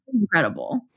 incredible